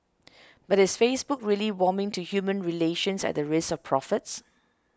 but is Facebook really warming to human relations at the risk of profits